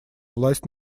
власть